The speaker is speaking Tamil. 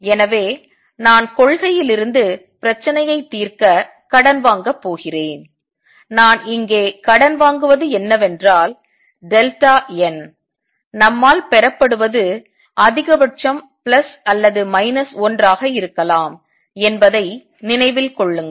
எனவே நான் கொள்கையிலிருந்து பிரச்சினையைத் தீர்க்க கடன் வாங்கப் போகிறேன் நான் இங்கே கடன் வாங்குவது என்னவென்றால் n நம்மால் பெறப்படுவது அதிகபட்சம் பிளஸ் அல்லது மைனஸ் 1 ஆக இருக்கலாம் என்பதை நினைவில் கொள்ளுங்கள்